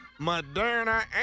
Moderna